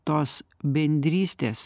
tos bendrystės